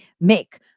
make